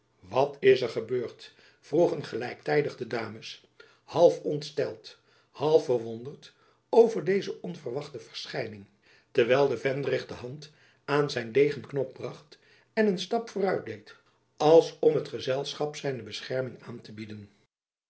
wat is er gebeurd vroegen gelijktijdig de dames half ontsteld half verwonderd over deze onverwachte verschijning terwijl de vendrig de hand aan zijn degenknop bracht en een stap vooruit deed als om het gezelschap zijne bescherming aan te bieden